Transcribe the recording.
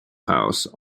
house